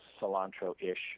cilantro-ish